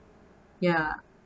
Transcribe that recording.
ya